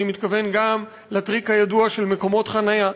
אני מתכוון גם לטריק הידוע של מקומות חניה,